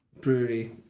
Brewery